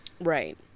right